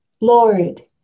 Lord